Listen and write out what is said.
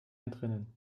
entrinnen